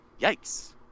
yikes